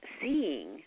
seeing